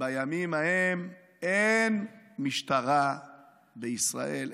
בימים ההם אין משטרה בישראל,